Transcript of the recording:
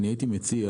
אני מציע,